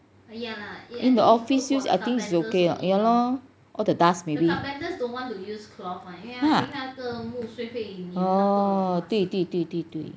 in the office use I think is okay !huh! 对对对对对